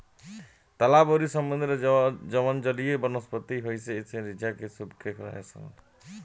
तालाब अउरी समुंद्र में जवन जलीय वनस्पति होला ओइमे झींगा छुप के रहेलसन